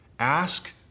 Ask